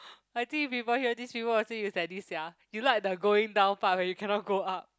I think people hear this people will say you sadist sia you like the going down part but you cannot go up